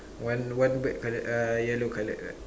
one one bird colored uh yellow colored right